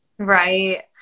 Right